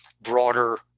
broader